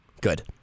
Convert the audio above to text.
Good